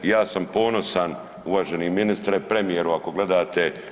Ja sam ponosan uvaženi ministre, premijeru ako gledate.